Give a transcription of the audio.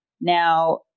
Now